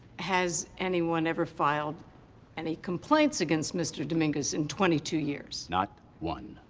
has anyone ever filed any complaints against mr. dominguez in twenty two years? not one.